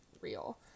real